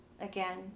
again